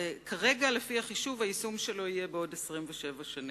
וכרגע, לפי החישוב, היישום שלו יהיה בעוד 27 שנים.